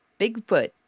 Bigfoot